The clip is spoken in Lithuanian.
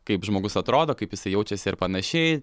kaip žmogus atrodo kaip jisai jaučiasi ir panašiai